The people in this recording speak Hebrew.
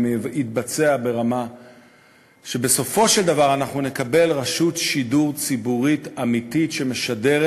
יתבצע ברמה שבסופו של דבר אנחנו נקבל רשות שידור ציבורית אמיתית שמשדרת.